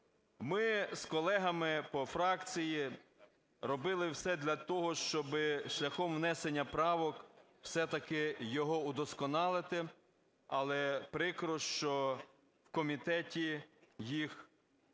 Ми з колегами по фракції робили все для того, щоб шляхом внесення правок все-таки його удосконалити. Але прикро, що в комітеті їх не